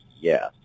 yes